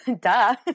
Duh